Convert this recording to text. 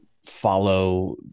Follow